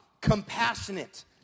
compassionate